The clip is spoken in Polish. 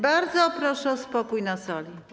Bardzo proszę o spokój na sali.